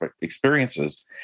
experiences